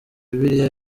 bibiliya